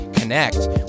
connect